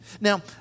Now